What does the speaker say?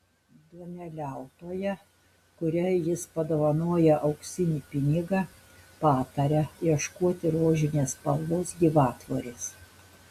duoneliautoja kuriai jis padovanoja auksinį pinigą pataria ieškoti rožinės spalvos gyvatvorės